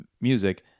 music